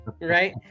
right